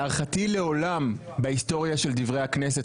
להערכתי לעולם בהיסטוריה של דברי הכנסת,